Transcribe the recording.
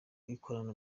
ikorana